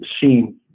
seen